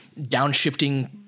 downshifting